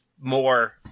more